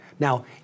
Now